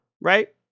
right